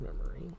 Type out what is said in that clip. memory